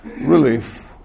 relief